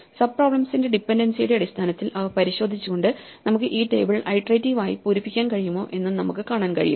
sub പ്രോബ്ലെംസിന്റെ ഡിപെൻഡൻസിയുടെ അടിസ്ഥാനത്തിൽ അവ പരിശോധിച്ചുകൊണ്ട് നമുക്ക് ഈ ടേബിൾ ഐട്രേറ്റിവ് ആയി പൂരിപ്പിക്കാൻ കഴിയുമോ എന്നും നമുക്ക് കാണാൻ കഴിയും